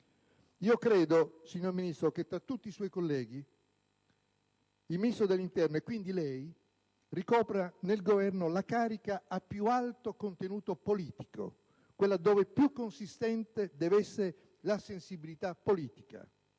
Credo, signor Ministro, che fra tutti i suoi colleghi il Ministro dell'interno, lei, ricopra nel Governo la carica a più alto contenuto politico: quella dove più consistente deve essere la sensibilità politica.